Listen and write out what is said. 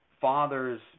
fathers